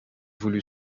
voulu